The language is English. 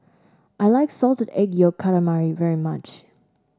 I like Salted Egg Yolk Calamari very much